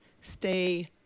stay